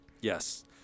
Yes